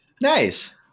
Nice